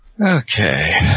Okay